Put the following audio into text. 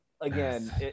Again